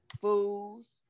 Fools